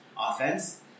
Offense